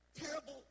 terrible